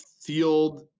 field